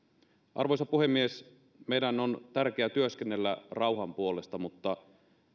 arvoisa puhemies meidän on tärkeää työskennellä rauhan puolesta mutta